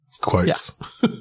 Quotes